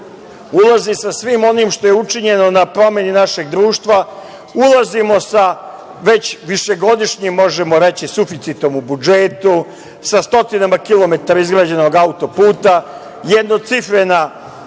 ulazi sa svim onim što je učinjeno na promeni našeg društva. Ulazimo sa već višegodišnjim, možemo reći, suficitom u budžetu, sa stotinama kilometara izgrađenog autoputa, jednocifrena